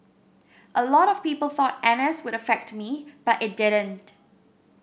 a lot of people thought N S would affect me but it didn't